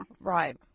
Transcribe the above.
Right